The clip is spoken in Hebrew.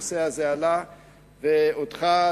ואותך,